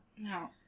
No